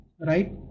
right